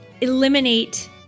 eliminate